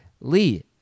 Lee